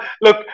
look